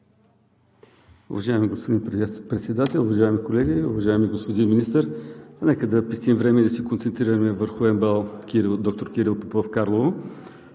Уважаеми господин Председател, уважаеми колеги, уважаеми господин Министър! Нека да пестим време и да се концентрираме върху МБАЛ „Доктор Киро Попов“ – Карлово.